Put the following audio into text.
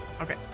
Okay